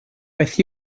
beth